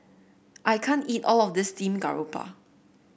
I can't eat all of this Steamed Garoupa